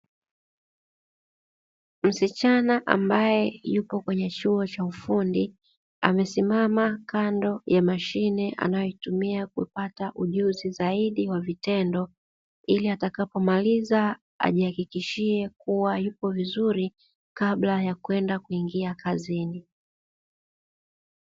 Msichana ambaye yupo kwenye chuo cha ufundi; amesimama kando ya mashine anayoitumia kupata ujuzi zaidi wa vitendo, ili atakapo maliza ajihakikishie kuwa yupo vizuri kabla ya kwenda kuingia kazini.